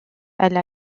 elle